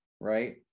right